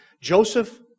Joseph